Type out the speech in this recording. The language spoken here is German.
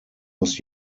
muss